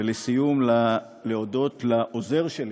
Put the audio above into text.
ולסיום, להודות לעוזר שלי,